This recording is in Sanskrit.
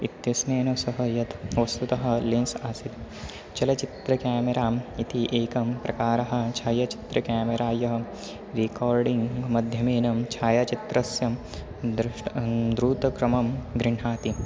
इत्यनेन सह यत् वस्तुतः लेन्स् आसीत् चलचित्रकेमेराम् इति एकं प्रकारः छायाचित्र केमेरा यः रेकार्डिङ्ग् मध्यमेनं छायाचित्रस्य दृष्टः द्रूतक्रमं गृह्णाति